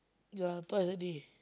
ya twice a day